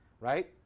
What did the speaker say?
right